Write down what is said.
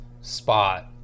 spot